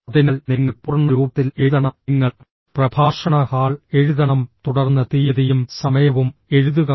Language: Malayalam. അതിനാൽ നിങ്ങൾ പൂർണ്ണ രൂപത്തിൽ എഴുതണം നിങ്ങൾ പ്രഭാഷണ ഹാൾ എഴുതണം തുടർന്ന് തീയതിയും സമയവും എഴുതുക